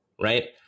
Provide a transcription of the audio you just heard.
right